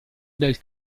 del